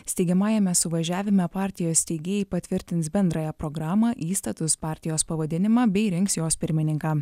steigiamajame suvažiavime partijos steigėjai patvirtins bendrąją programą įstatus partijos pavadinimą bei rinks jos pirmininką